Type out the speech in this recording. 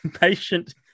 patient